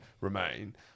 Remain